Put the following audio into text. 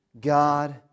God